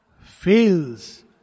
fails